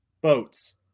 boats